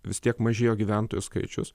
vis tiek mažėjo gyventojų skaičius